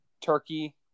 Turkey